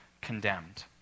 condemned